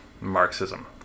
Marxism